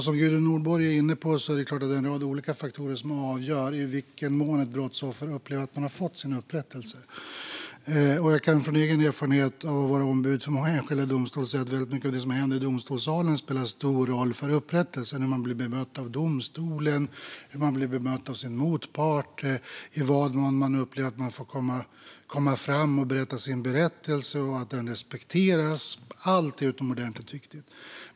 Som Gudrun Nordborg är inne på är det en rad olika faktorer som avgör i vilken mån ett brottsoffer upplever att man har fått upprättelse. Utifrån min egen erfarenhet av att vara ombud för enskilda i domstol kan jag säga att väldigt mycket av det som händer i domstolssalen spelar stor roll för upprättelsen. Det handlar om hur man blir bemött av domstolen och sin motpart, i vad mån man upplever att man får komma fram och ge sin berättelse och att den respekteras. Allt är utomordentligt viktigt.